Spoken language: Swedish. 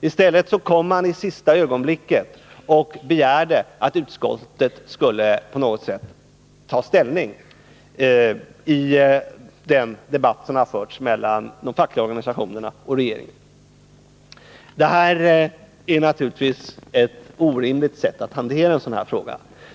I stället kom man i sista ögonblicket och begärde att utskottet på något sätt skulle ta ställning i den debatt som har förts mellan de fackliga organisationerna och regeringen. Det är naturligtvis orimligt att hantera en sådan här fråga på det sättet.